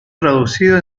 traducido